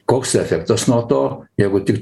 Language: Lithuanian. koks efektas nuo to jeigu tik